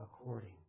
according